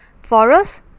forests